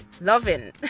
loving